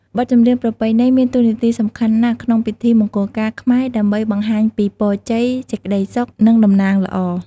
បទចម្រៀងប្រពៃណីមានតួនាទីសំខាន់ណាស់ក្នុងពិធីមង្គលការ ខ្មែរ ដើម្បីបង្ហាញពីពរជ័យ សេចក្ដីសុខ និងតំណាងល្អ។